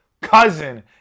cousin